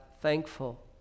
thankful